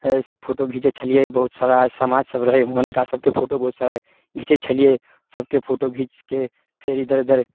अइसे फोटो घिचय छलियै बहुत सारा समाज सभ रहय हुनका सभके फोटो बहुत सारा घिचय छलियै सभके फोटो घिचके फेर इधर उधर